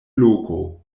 loko